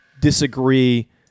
disagree